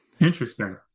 Interesting